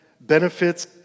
benefits